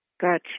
Gotcha